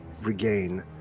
regain